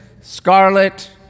scarlet